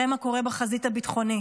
ראה מה קורה בחזית הביטחונית.